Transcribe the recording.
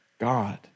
God